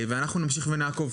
אנחנו נמשיך לעקוב.